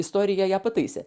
istorija ją pataisė